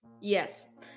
yes